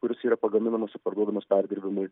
kuris yra pagaminamas ir parduodamas perdirbimui